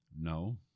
No